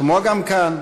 כמו כאן,